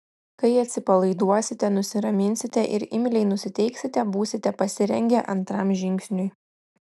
kai atsipalaiduosite nusiraminsite ir imliai nusiteiksite būsite pasirengę antram žingsniui